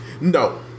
No